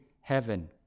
heaven